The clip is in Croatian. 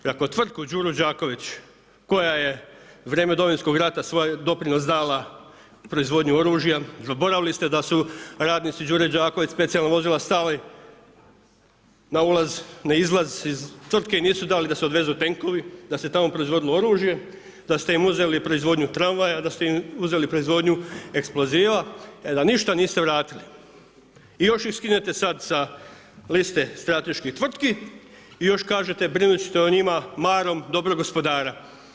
Jer ako tvrtku Đuru Đaković koja je u vrijeme Domovinskog rata svoj doprinos dala proizvodnji oružja, zaboravili ste da su radnici Đure Đaković specijalna vozila stali na ulaz, na izlaz iz tvrtke i nisu dali da se odvezu tenkovi, da se tamo proizvodilo oružje, da ste im uzeli proizvodnju tramvaja, da ste im uzeli proizvodnju eksploziva te da ništa niste vratili i još ih skinete sada sa liste strateških tvrtki i još kažete brinuti ćete o njima marom dobrog gospodara.